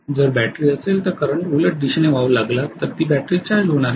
जर बॅटरी असेल तर करंट उलट दिशेने वाहू लागला तर ती बॅटरी चार्ज होणार आहे